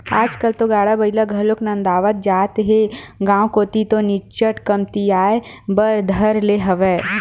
आजकल तो गाड़ा बइला घलोक नंदावत जात हे गांव कोती तो निच्चट कमतियाये बर धर ले हवय